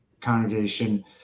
congregation